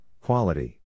quality